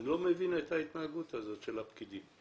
אני לא מבין את ההתנהגות הזאת של הפקידים.